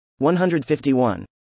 151